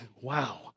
wow